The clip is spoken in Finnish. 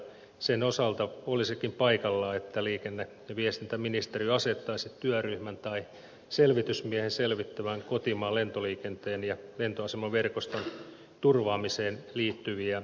sen osalta olisikin paikallaan että liikenne ja viestintäministeriö asettaisi työryhmän tai selvitysmiehen selvittämään kotimaan lentoliikenteen ja lentoasemaverkoston turvaamiseen liittyviä kysymyksiä